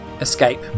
escape